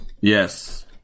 Yes